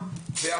אני